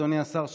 אדוני השר,